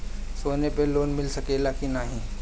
सोना पे लोन मिल सकेला की नाहीं?